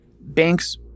banks